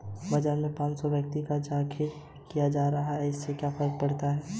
बाजार में पांच सौ व्यक्तियों का जखीरा जा रहा है